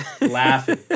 laughing